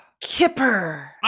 kipper